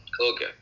Okay